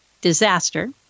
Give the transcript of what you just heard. disaster